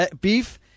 beef